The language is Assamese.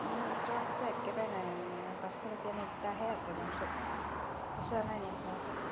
মোৰ মানে বিছ টকা খুচুৰা একেবাৰে নাই মানে পাঁচশটকীয়া নোট এটাহে আছে মোৰ ওচৰত খুচুৰা নাই নি আপোনাৰ ওচৰত